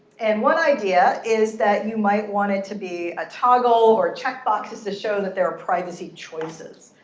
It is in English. and one idea is that you might want it to be a toggle, or checkboxes, to show that there are privacy choices.